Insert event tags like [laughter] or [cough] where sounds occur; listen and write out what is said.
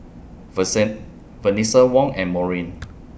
[unintelligible] Venessa Wong and Maurine